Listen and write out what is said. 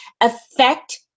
affect